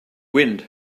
wind